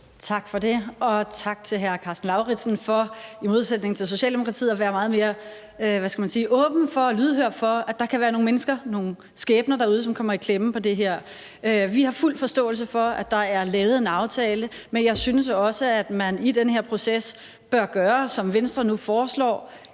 Tak for det. Og tak til hr. Karsten Lauritzen for – i modsætning til Socialdemokratiet – at være meget mere åben og lydhør for, at der kan være nogle mennesker, nogle skæbner derude, som kommer i klemme på grund af det her. Vi har fuld forståelse for, at der er lavet en aftale, men jeg synes også, at man i den her proces bør gøre, som Venstre nu foreslår: